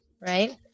right